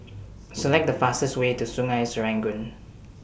Select The fastest Way to Sungei Serangoon